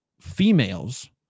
females